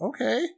Okay